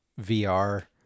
VR